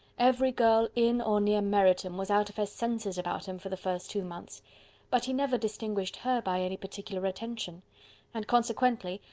every girl in or near meryton was out of her senses about him for the first two months but he never distinguished her by any particular attention and, consequently,